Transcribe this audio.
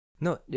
No